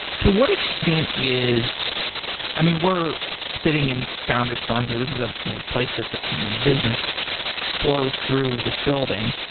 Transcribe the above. to what extent is i mean, we're sitting in founders fund. so this is a you know place that you know business flows through this building.